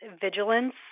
vigilance